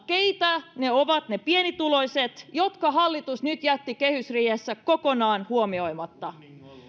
keitä ovat ne pienituloiset jotka hallitus nyt jätti kehysriihessä kokonaan huomioimatta